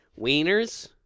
Wieners